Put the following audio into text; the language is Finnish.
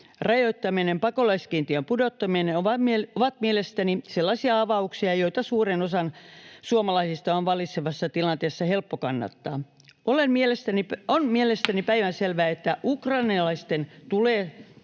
rajoittaminen, pakolaiskiintiön pudottaminen ovat mielestäni sellaisia avauksia, joita suuren osan suomalaisista on vallitsevassa tilanteessa helppo kannattaa. On mielestäni päivänselvää, että ukrainalaisten tulee olla